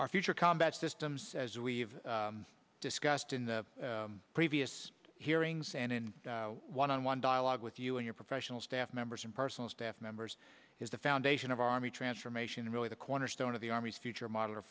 our future combat systems as we've discussed in the previous hearings and in one on one dialogue with you and your professional staff members and personal staff members is the foundation of army transformation really the cornerstone of the army's future mo